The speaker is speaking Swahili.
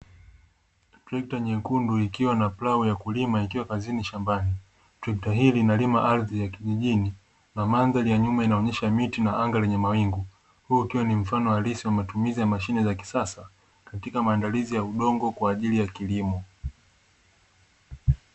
Trekta nyekundu ikiwa na plau ya kulima ikiwa kazini shambani , trekta hii inalima ardhi ya kijijini na mandhari ya nyuma inaonesha miti na anga lenye mawingu, huu ukiwa ni mfano halisi wa matumizi ya mashine za kisasa katika maandalizi ya udongo kwa ajili ya kilimo.